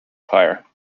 fire